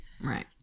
Right